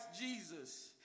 Jesus